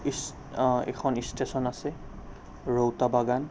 এখন ষ্টেচন আছে ৰৌতা বাগান